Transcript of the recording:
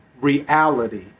reality